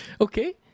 Okay